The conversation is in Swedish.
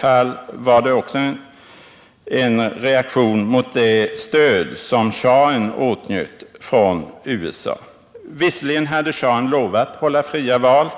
Det var också fråga om en reaktion mot det stöd som schahen åtnjöt från USA. Visserligen hade schahen lovat hålla fria val,